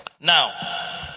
Now